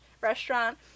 restaurant